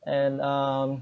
and um